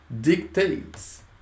dictates